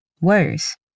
Worse